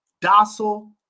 docile